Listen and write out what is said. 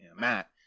Matt